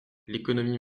l’économie